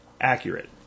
accurate